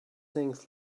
things